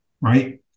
right